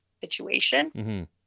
situation